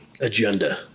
agenda